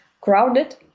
crowded